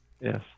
Yes